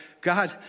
God